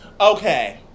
Okay